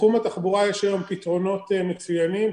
לתחום התחבורה יש היום פתרונות מצוינים,